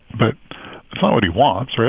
but it's not what he wants. right?